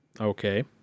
Okay